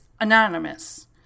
anonymous